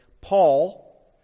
Paul